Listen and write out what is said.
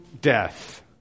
death